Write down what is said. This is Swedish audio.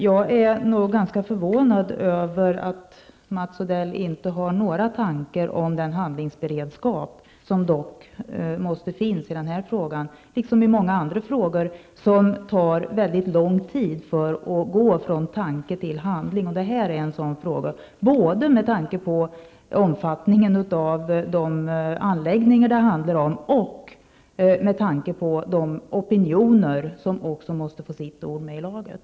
Jag är ganska förvånad över att Mats Odell inte har några tankar om den handlingsberedskap som dock måste finnas i den här frågan, liksom i många andra frågor, där det tar lång tid att gå från tanke till handling; det här är en sådan fråga, både med tanke på omfattningen av de anläggningar det handlar om, och med tanke på de opinioner som måste få ett ord med i laget.